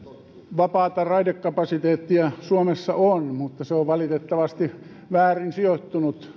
vapaata raidekapasiteettia suomessa on mutta se on valitettavasti väärin sijoittunut